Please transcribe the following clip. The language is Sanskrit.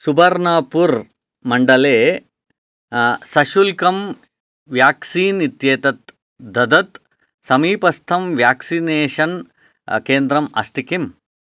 सुबर्नापूर् मण्डले सशुल्कं वेक्सीन् इत्येतत् ददत् समीपस्थं वेक्सिनेषन् केन्द्रम् अस्ति किम्